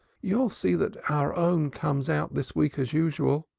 you'll see that our own comes out this week as usual.